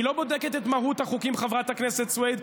היא לא בודקת את מהות החוקים, חברת הכנסת סויד.